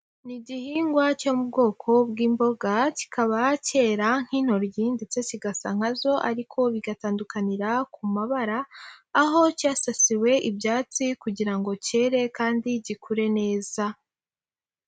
Ni igihingwa cyo mu bwoko bw'imboga kikaba cyera nk'intorkiyi ndetse kigasa nkazo ariko bigatandukanira ku mabara, aho cyasasiwe ibyatsi kugira ngo cyere kandi gikure neza.